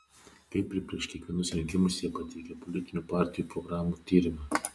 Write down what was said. kaip ir prieš kiekvienus rinkimus jie pateikia politinių partijų programų tyrimą